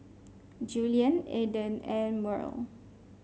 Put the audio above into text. Julian Aedan and Murl